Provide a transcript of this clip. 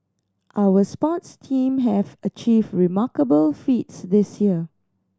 our sports team have achieved remarkable feats this year